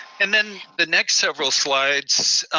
and then the next several slides,